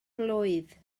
blwydd